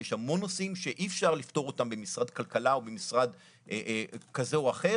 יש המון נושאים שאי אפשר לפתור אותם במשרד הכלכלה או במשרד כזה או אחר,